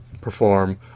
perform